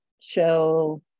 show